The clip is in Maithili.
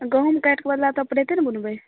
गहूँम काटि कऽ बदला तऽ ने बुनबै